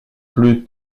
plus